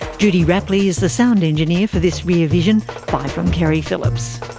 judy rapley is the sound engineer for this rear vision. bye from keri phillips